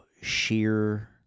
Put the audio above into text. sheer